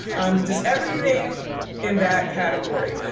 just everything in that category.